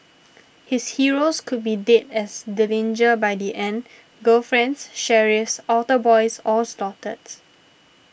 his heroes could be dead as Dillinger by the end girlfriends sheriffs altar boys all slaughtered